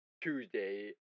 Tuesday